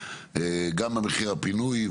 גם במחיר הפינוי,